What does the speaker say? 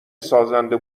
سازنده